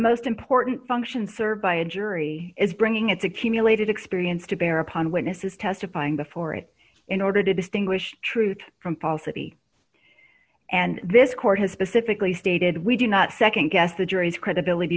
most important function served by a jury is bringing its accumulated experience to bear upon witnesses testifying before it in order to distinguish truth from falsity and this court has specifically stated we do not nd guess the jury's credibility